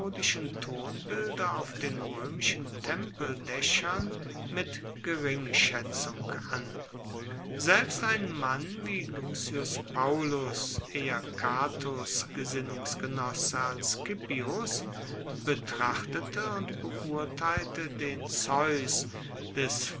tonbilder auf den roemischen tempeldaechern mit geringschaetzung an selbst ein mann wie lucius paullus eher catos gesinnungsgenosse als scipios betrachtete und beurteilte den zeus des